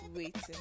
waiting